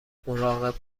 مراقب